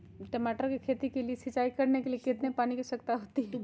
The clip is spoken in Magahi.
टमाटर की खेती के लिए सिंचाई करने के लिए कितने पानी की आवश्यकता होती है?